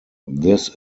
this